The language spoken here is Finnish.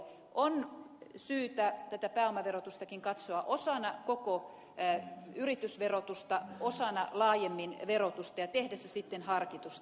on syytä tätä pääomaverotustakin katsoa osana koko yritysverotusta osana laajemmin verotusta ja tehdä se sitten harkitusti